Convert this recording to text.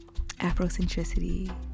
Afrocentricity